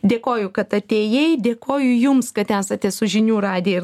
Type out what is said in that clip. dėkoju kad atėjai dėkoju jums kad esate su žinių radija ir